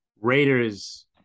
Raiders